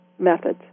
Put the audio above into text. Methods